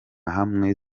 hamwe